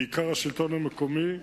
בעיקר השלטון המקומי,